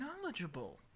knowledgeable